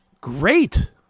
Great